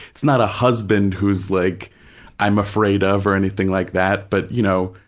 it's not a husband who is, like i'm afraid of or anything like that, but, you know,